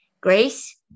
Grace